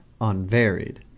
unvaried